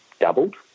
doubled